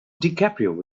dicaprio